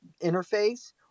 interface